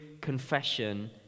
confession